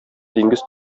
диңгез